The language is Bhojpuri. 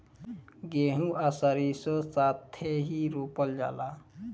गेंहू आ सरीसों साथेही रोपल जाला